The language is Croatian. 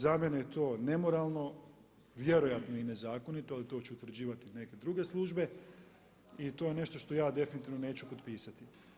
Za mene je to nemoralno, vjerojatno i nezakonito ali to će utvrđivati neke druge službe i to je nešto što ja definitivno neću potpisati.